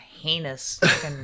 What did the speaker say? heinous